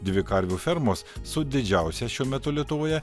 dvi karvių fermos su didžiausia šiuo metu lietuvoje